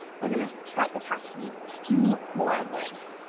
we're gonna try attacking two more words.